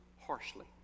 harshly